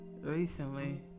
recently